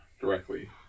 directly